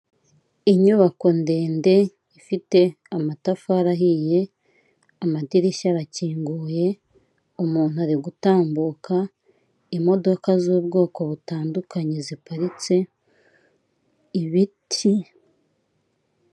Inyubako ndende ifite amatafari ahiye amadirishya arakinguye, umuntu ari gutambuka imodoka z'ubwoko butandukanye ziparitse ibiti.